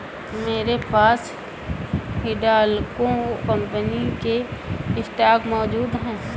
मेरे पास हिंडालको कंपनी के स्टॉक मौजूद है